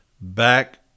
back